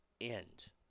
end